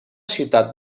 ciutat